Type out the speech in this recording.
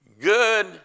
good